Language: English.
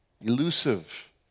Elusive